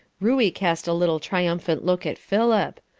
ruey cast a little triumphant look at philip.